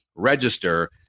register